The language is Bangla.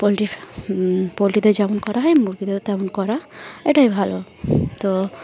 পোলট্রি পোলট্রিতে যেমন করা হয় মুরগিদেরও তেমন করা এটাই ভালো তো